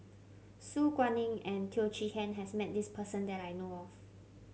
Su Guaning and Teo Chee Hean has met this person that I know of